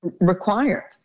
required